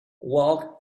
walk